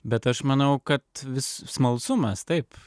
bet aš manau kad vis smalsumas taip